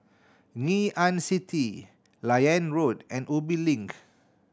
Ngee Ann City Liane Road and Ubi Link